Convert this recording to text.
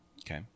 Okay